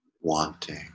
wanting